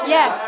Yes